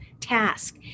task